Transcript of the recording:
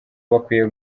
bakwiye